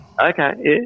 Okay